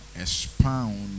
expound